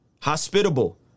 Hospitable